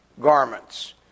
garments